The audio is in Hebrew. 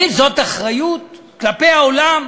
האם זאת אחריות כלפי העולם?